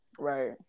right